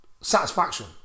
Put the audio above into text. satisfaction